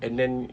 and then